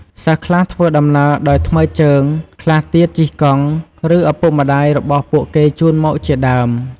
សិស្សខ្លះធ្វើដំណើរដោយថ្មើរជើង ខ្លះទៀតជិះកង់ ឬ ឪពុកម្ដាយរបស់ពួកគេជូនមកជាដើម។